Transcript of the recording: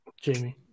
Jamie